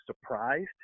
surprised